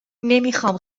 نمیخام